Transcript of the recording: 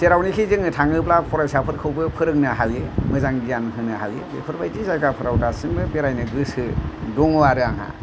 जेरावनोखि जोङो थाङोब्ला फरायसाफोरखौबो फोरोंनो हायो मोजां गियान होनो हायो बेफोरबादि जायगाफोराव दासिमबो बेरायनो गोसो दङ आरो आंहा